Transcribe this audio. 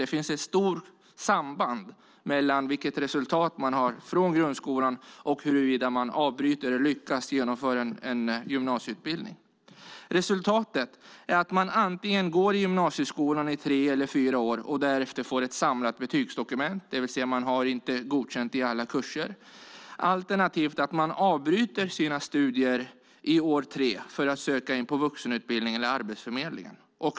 Det finns ett stort samband mellan vilket resultat man har från grundskolan och om man avbryter eller lyckas genomföra en gymnasieutbildning. Resultatet är att man antingen går i gymnasieskolan i tre eller fyra år och därefter får ett samlat betygsdokument, det vill säga man har inte godkänt i alla kurser, eller avbryter sina studier under år tre för att söka in på vuxenutbildningen eller gå till Arbetsförmedlingen.